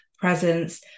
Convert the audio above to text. presence